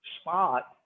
spot